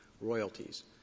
royalties